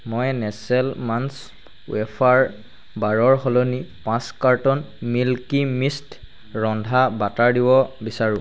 মই Nestle Munch wafer বাৰৰ সলনি পাঁচ কাৰ্টন মিল্কীমিষ্ট ৰন্ধা বাটাৰ দিব বিচাৰো